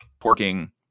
porking